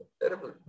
Terrible